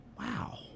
Wow